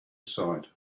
sight